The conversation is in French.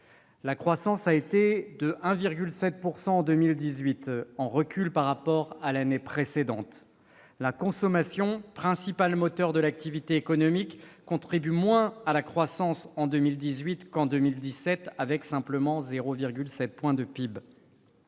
La croissance a été de 1,7 % en 2018, en recul par rapport à l'année précédente. La consommation, principal moteur de l'activité économique, contribue moins à la croissance qu'en 2017, avec simplement 0,7 point de PIB.